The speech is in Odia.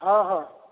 ହଁ ହଁ